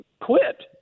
Quit